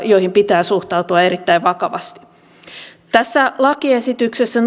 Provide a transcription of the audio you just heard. joihin pitää suhtautua erittäin vakavasti tässä lakiesityksessä